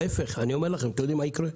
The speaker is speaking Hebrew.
להפך, אתם יודעים מה יקרה?